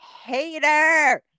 hater